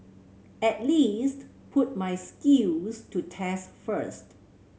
at least put my skills to test first